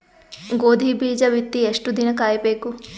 ಗೋಧಿ ಬೀಜ ಬಿತ್ತಿ ಎಷ್ಟು ದಿನ ಕಾಯಿಬೇಕು?